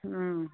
हँ